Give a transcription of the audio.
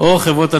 או חברות הנמל.